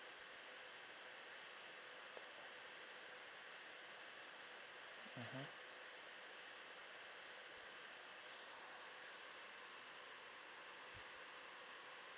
mmhmm